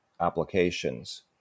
applications